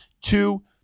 Two